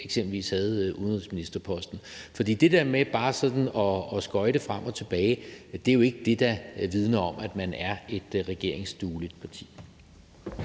eksempelvis selv havde udenrigsministerposten. For det der med bare sådan at skøjte frem og tilbage er jo ikke det, der vidner om, at man er et regeringsdueligt parti.